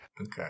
okay